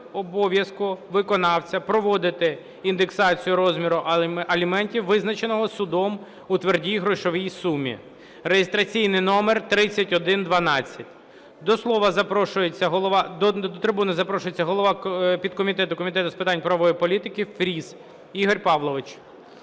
обов'язку виконавця проводити індексацію розміру аліментів, визначеного судом у твердій грошовій сумі) (реєстраційний номер 3112). До трибуни запрошується голова підкомітету Комітету з питань правової політики Фріс Ігор Павлович.